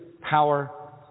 power